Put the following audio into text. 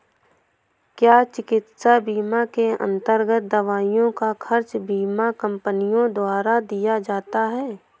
क्या चिकित्सा बीमा के अन्तर्गत दवाइयों का खर्च बीमा कंपनियों द्वारा दिया जाता है?